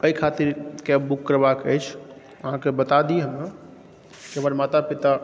अहि खातिर cab book करबाक अछि अहाँके बता दी हमे हमर माता पिता